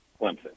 Clemson